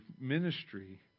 ministry